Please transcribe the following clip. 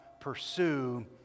pursue